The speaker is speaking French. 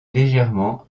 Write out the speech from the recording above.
légèrement